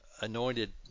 anointed